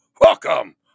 welcome